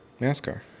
NASCAR